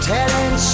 Telling